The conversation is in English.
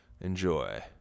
Enjoy